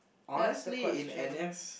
honestly in n_s